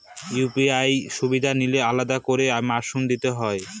UPI সুবিধা নিলে আলাদা করে মাসুল দিতে হয়?